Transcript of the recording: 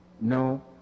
No